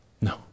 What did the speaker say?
No